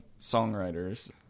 songwriters